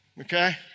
okay